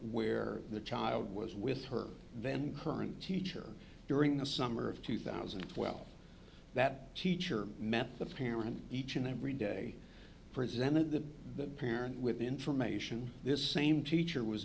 where the child was with her then current teacher during the summer of two thousand and twelve that teacher met the parent each and every day presented the parent with the information this same teacher was